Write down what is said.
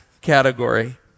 category